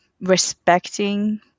respecting